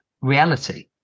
reality